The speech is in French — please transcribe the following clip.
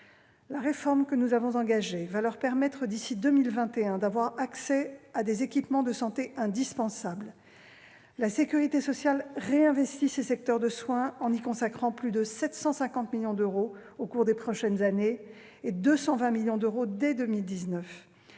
La réforme que nous avons engagée va leur permettre d'avoir accès à des équipements de santé indispensables d'ici à 2021. La sécurité sociale réinvestit ces secteurs du soin en y consacrant plus de 750 millions d'euros au cours des prochaines années, et 220 millions d'euros dès 2019.